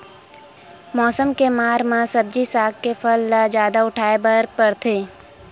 मउसम के मार म सब्जी साग के फसल ल जादा उठाए बर परथे